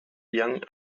young